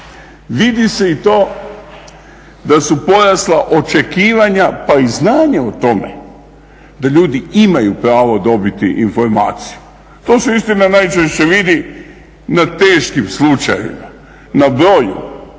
Vidi se i to da su porasla očekivanja pa i znanje o tome da ljudi imaju pravo dobiti informaciju, to su istina najčešće vidi na teškim slučajevima, na broju